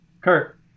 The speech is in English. Kurt